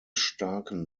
starken